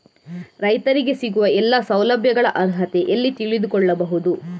ರೈತರಿಗೆ ಸಿಗುವ ಎಲ್ಲಾ ಸೌಲಭ್ಯಗಳ ಅರ್ಹತೆ ಎಲ್ಲಿ ತಿಳಿದುಕೊಳ್ಳಬಹುದು?